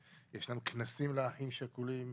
ישנם כנסים לאחים שכולים,